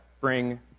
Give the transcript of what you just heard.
bring